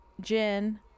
gin